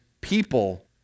people